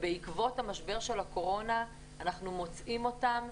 ובעקבות המשבר של הקורונה אנחנו מוצאים אותן